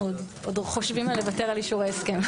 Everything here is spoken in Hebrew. אנחנו עוד חושבים על לבטל על אישור ההסכם.